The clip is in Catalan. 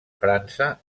frança